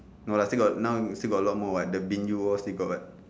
no lah still got now still got a lot more [what] the bin yoo all still got [what]